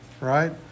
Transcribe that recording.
right